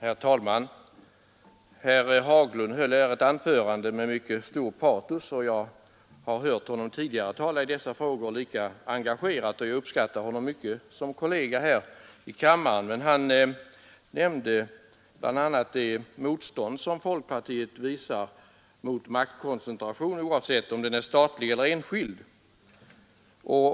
Herr talman! Herr Haglund höll ett anförande med stort patos. Jag har hört honom tidigare tala i dessa frågor lika engagerat, och jag uppskattar honom mycket som kollega här i kammaren. Han nämnde bl.a. det motstånd som folkpartiet visar mot maktkoncentration, oavsett om den är statlig eller enskild.